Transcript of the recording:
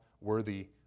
worthy